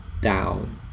down